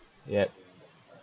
yup